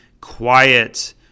quiet